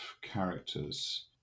characters